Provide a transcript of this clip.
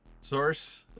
source